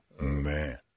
man